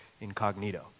incognito